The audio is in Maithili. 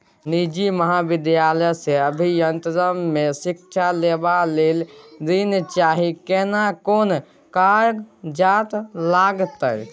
निजी महाविद्यालय से अभियंत्रण मे शिक्षा लेबा ले ऋण चाही केना कोन कागजात लागतै?